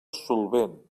solvent